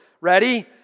Ready